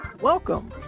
Welcome